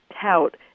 tout